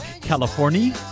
California